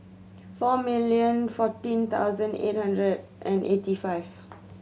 four million fourteen thousand eight hundred and eighty five